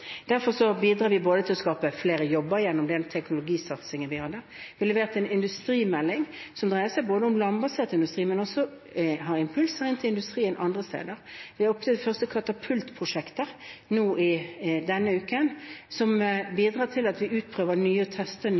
Derfor bidrar vi til å skape flere jobber gjennom den teknologisatsingen vi hadde. Vi leverte en industrimelding som dreier seg om landbasert industri, og som også har impulser til industrien andre steder. Det er denne uken opprettet katapultprosjekter som bidrar til at vi utprøver og tester